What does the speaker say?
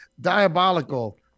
diabolical